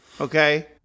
Okay